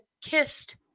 kissed